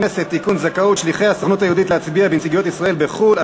זכאות שליחי הסוכנות היהודית להצביע בנציגויות ישראל בחו"ל),